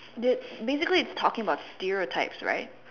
it's basically it's talking about stereotypes right